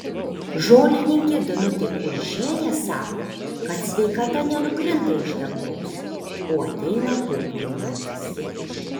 žolininkė danutė kunčienė sako kad sveikata nenukrinta iš dangaus o ateina tobulinantis